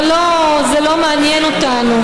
זה לא מעניין אותנו,